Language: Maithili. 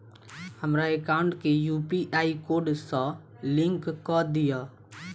हमरा एकाउंट केँ यु.पी.आई कोड सअ लिंक कऽ दिऽ?